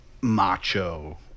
macho